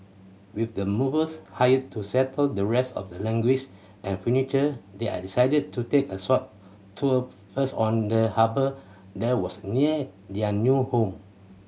with the movers hired to settle the rest of their and furniture they decided to take a short tour first on the harbour that was near their new home